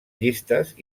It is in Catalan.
llistes